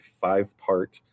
five-part